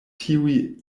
tiuj